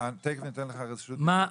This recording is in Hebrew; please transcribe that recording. תכף אתן לך רשות הדיבור.